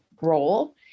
role